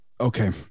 Okay